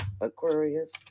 Aquarius